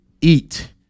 eat